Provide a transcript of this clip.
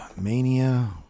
Mania